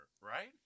right